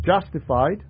justified